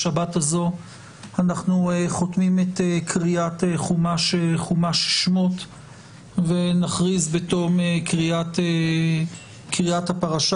השבת הזאת אנחנו חותמים את קריאת חומש שמות ונכריז בתום קריאת הפרשה,